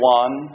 one